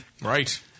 Right